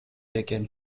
экен